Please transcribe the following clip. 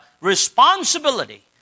responsibility